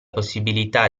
possibilità